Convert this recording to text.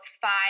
five